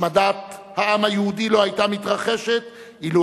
השמדת העם היהודי לא היתה מתרחשת אילו